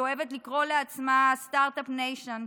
שאוהבת לקרוא לעצמה סטרטאפ ניישן,